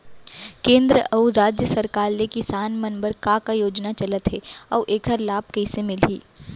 केंद्र अऊ राज्य सरकार ले किसान मन बर का का योजना चलत हे अऊ एखर लाभ कइसे मिलही?